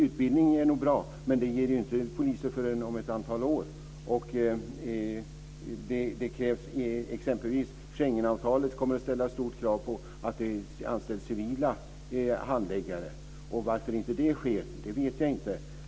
Utbildning är nog bra, men det ger inte poliser förrän om ett antal år. Schengenavtalet kommer att ställa stora krav på att det anställs civila handläggare. Varför inte det sker vet jag inte.